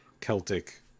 Celtic